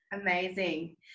Amazing